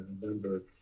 remember